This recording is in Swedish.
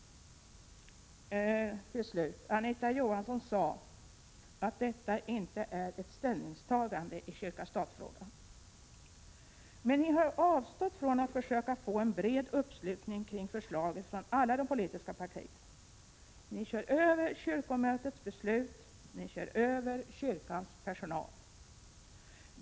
Anita Johansson sade att detta inte är ett ställningstagande i kyrka—statfrågan. Men ni har avstått från att försöka få en bred uppslutning kring förslaget från alla de politiska partierna. Ni kör över kyrkomötets beslut, och ni kör över kyrkans personal.